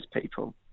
people